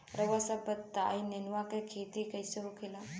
रउआ सभ बताई नेनुआ क खेती कईसे होखेला?